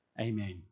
Amen